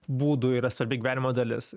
būdų yra svarbi gyvenimo dalis